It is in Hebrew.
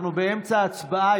אנחנו באמצע הצבעה,